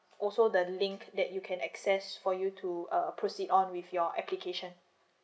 also the link that you can access for you to uh proceed on with your application